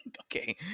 Okay